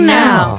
now